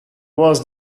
was